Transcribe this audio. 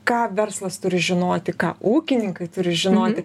ką verslas turi žinoti ką ūkininkai turi žinoti